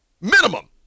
Minimum